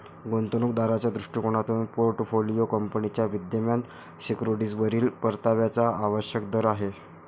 गुंतवणूक दाराच्या दृष्टिकोनातून पोर्टफोलिओ कंपनीच्या विद्यमान सिक्युरिटीजवरील परताव्याचा आवश्यक दर आहे